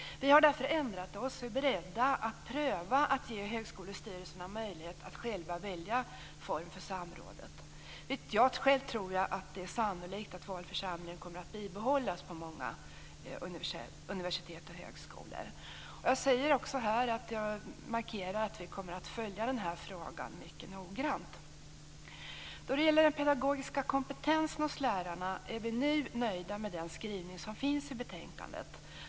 Vi har därför ändrat oss och är beredda att pröva att ge högskolestyrelserna möjlighet att själva välja former för samrådet. Själv tror jag att det är sannolikt att valförsamlingen kommer att bibehållas på många universitet och högskolor. Jag vill också markera att vi kommer att följa den här frågan mycket noggrant. Då det gäller den pedagogiska kompetensen hos lärarna är vi nu nöjda med den skrivning som finns i betänkandet.